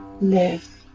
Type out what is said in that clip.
live